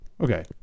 Okay